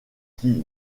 qui